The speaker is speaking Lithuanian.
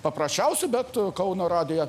paprasčiausių bet kauno radiją